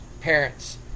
parents